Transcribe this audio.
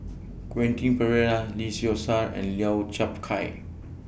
Quentin Pereira Lee Seow Ser and Lau Chiap Khai